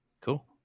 cool